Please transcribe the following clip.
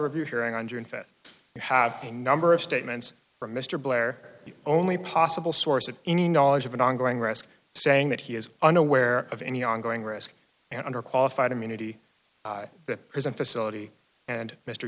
review hearing on june fifth you have a number of statements from mr blair the only possible source of any knowledge of an ongoing risk saying that he is unaware of any ongoing risk and under qualified immunity the prison facility and mr